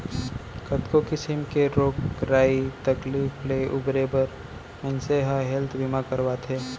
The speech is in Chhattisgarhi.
कतको किसिम के रोग राई तकलीफ ले उबरे बर मनसे ह हेल्थ बीमा करवाथे